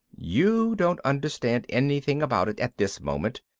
you don't understand anything about it at this moment.